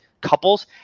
couples